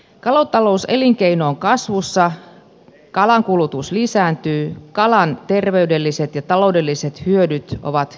kalatalouselinkeino on kasvussa kalan kulutus lisääntyy kalan terveydelliset ja taloudelliset hyödyt ovat kiistattomat